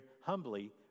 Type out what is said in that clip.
humbly